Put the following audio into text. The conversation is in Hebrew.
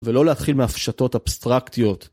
‫ולא להתחיל מהפשטות אבסטרקטיות.